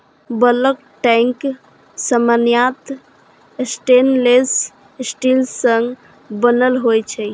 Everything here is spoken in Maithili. बल्क टैंक सामान्यतः स्टेनलेश स्टील सं बनल होइ छै